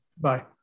Bye